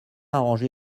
arrangé